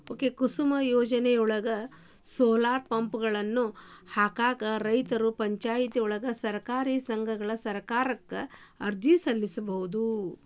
ಕುಸುಮ್ ಯೋಜನೆಯೊಳಗ, ಸೋಲಾರ್ ಪಂಪ್ಗಳನ್ನ ಹಾಕಾಕ ರೈತರು, ಪಂಚಾಯತ್ಗಳು, ಸಹಕಾರಿ ಸಂಘಗಳು ಸರ್ಕಾರಕ್ಕ ಅರ್ಜಿ ಸಲ್ಲಿಸಬೋದು